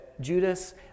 judas